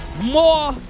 more